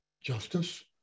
justice